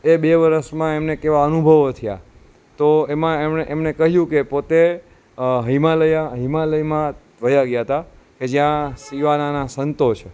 એ બે વર્ષમાં એમને કહેવા અનુભવો થયા તો એમાં એમને કહ્યું કે પોતે હિમાલયા હિમાલયમાં વહ્યા ગયા હતા કે જ્યાં શિવાનાના સંતો છે